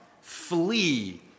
flee